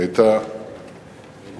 היא היתה נאורה,